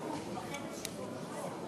ולא נגד העלאת שכר לחיילים.